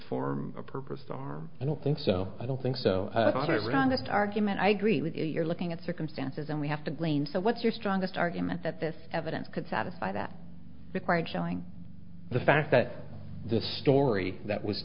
form a purpose are i don't think so i don't think so i thought wrong that argument i agree with you you're looking at circumstances and we have to blame so what's your strongest argument that this evidence could satisfy that required showing the fact that the story that was